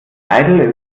seidel